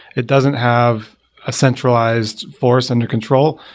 it doesn't have a centralized force under control.